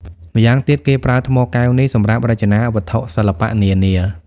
ម្យ៉ាងទៀត គេប្រើថ្មកែវនេះ សម្រាប់រចនាវត្ថុសិល្បៈនានា។